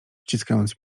ściskając